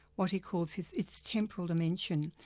what he calls his its temporal dimension.